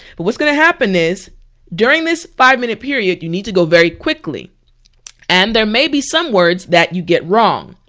but what's gonna happen is during this five minute period you need to go very quickly and there may be some words that you get wrong.